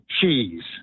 Cheese